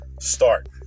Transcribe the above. start